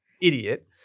idiot